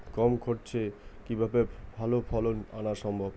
কম খরচে কিভাবে ভালো ফলন আনা সম্ভব?